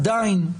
עדיין,